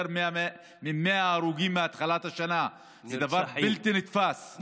יותר מ-100 הרוגים מתחילת השנה וזה דבר בלתי נתפס.